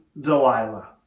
Delilah